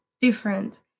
different